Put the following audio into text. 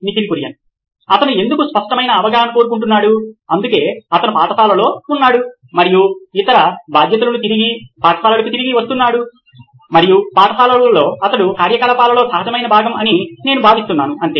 Nitin Kurian COO నోయిన్ electronics అతను ఎందుకు స్పష్టమైన అవగాహన కోరుకుంటున్నాడు అందుకే అతను పాఠశాలలో ఉన్నాడు మరియు ఇతర బాధ్యతలుకు తిరిగి పాఠశాలకు తిరిగి వస్తున్నాడు మరియు పాఠశాలలో అతడు కార్యకలాపాలలో సహజమైన భాగం అని నేను భావిస్తున్నాను అంతే